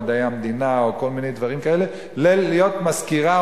במדעי המדינה או כל מיני דברים כאלה כדי להיות מזכירה,